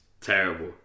terrible